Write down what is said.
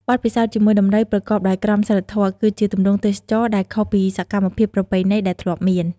បទពិសោធន៍ជាមួយដំរីប្រកបដោយក្រមសីលធម៌ គឺជាទម្រង់ទេសចរណ៍ដែលខុសពីសកម្មភាពប្រពៃណីដែលធ្លាប់មាន។